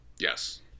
Yes